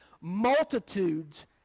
multitudes